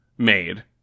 made